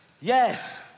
Yes